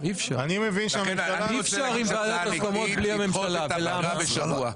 --- לדחות את הפגרה בשבוע.